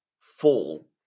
fall